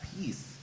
peace